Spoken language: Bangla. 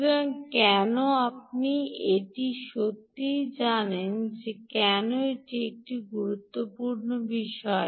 সুতরাং কেন আপনি এটি সত্যিই জানেন কেন এটি একটি গুরুত্বপূর্ণ বিষয়